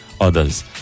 others